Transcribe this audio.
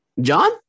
John